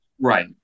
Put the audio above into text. Right